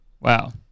wow